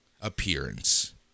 appearance